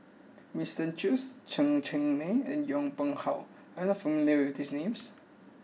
Winston Choos Chen Cheng Mei and Yong Pung How are you not familiar with these names